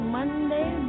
Monday